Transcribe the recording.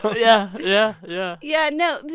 but yeah. yeah, yeah yeah. no.